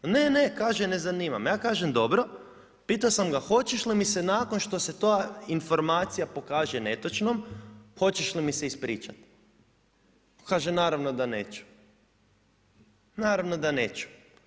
Ne, ne kaže ne zanima me, ja kažem dobro. pitao sam ga hoće li mi se nakon što se ta informacija pokaže netočnom, hoćeš li mi se ispričati, Kaže naravno da neću, naravno da neću.